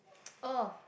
orh